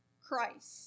christ